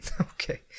Okay